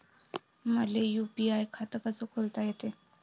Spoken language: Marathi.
मले यू.पी.आय खातं कस खोलता येते?